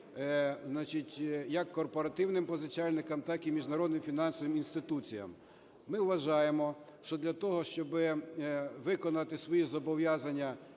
як корпоративним позичальникам, так і міжнародним фінансовим інституціям. Ми вважаємо, що для того, щоб виконати свої зобов'язання,